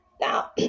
Now